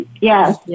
yes